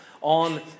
on